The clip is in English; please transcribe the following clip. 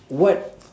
what